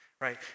right